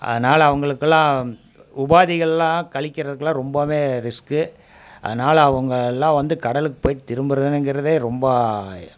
அதனால அவங்களுக்கெல்லாம் உபாதைகள்லாம் கழிக்கிறதுக்கெல்லாம் ரொம்பவே ரிஸ்க் அதனால அவங்கள்லாம் வந்து கடலுக்கு போயிட்டு திரும்புறனுங்கிறதே ரொம்ப